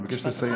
אני מבקש לסיים.